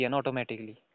automatically